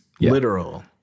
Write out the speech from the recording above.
literal